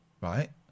Right